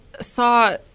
saw